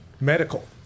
medical